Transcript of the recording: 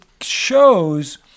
shows